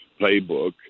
playbook